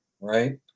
right